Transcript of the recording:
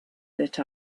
lit